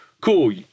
Cool